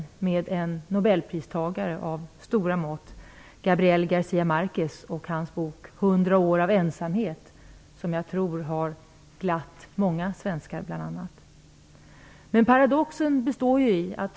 Landet har en nobelpristagare av stora mått, Gabriel Garc a Márquez. Hans bok, Hundra år av ensamhet, har bl.a. glatt många svenskar. Paradoxen består i följande.